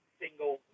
single